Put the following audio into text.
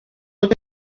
coche